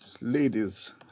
ladies